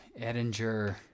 Edinger